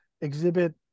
exhibit